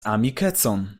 amikecon